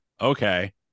okay